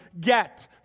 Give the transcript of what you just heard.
get